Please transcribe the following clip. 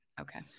Okay